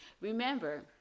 Remember